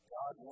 God